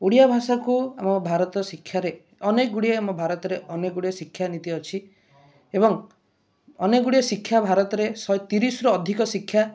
ଓଡ଼ିଆ ଭାଷାକୁ ଆମ ଭାରତ ଶିକ୍ଷାରେ ଅନେକ ଗୁଡ଼ିଏ ଆମ ଭାରତରେ ଅନେକ ଗୁଡ଼ିଏ ଶିକ୍ଷା ନୀତି ଅଛି ଏବଂ ଅନେକ ଗୁଡ଼ିଏ ଶିକ୍ଷା ଭାରତରେ ଶହେ ତିରିଶରୁ ଅଧିକ ଶିକ୍ଷା